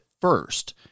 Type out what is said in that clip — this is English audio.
first